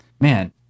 Man